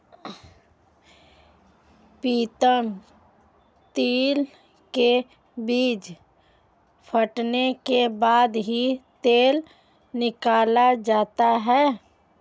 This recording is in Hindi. प्रीतम तिल के बीज फटने के बाद ही तेल निकाला जाता है